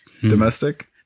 domestic